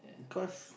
cause